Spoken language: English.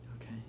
Okay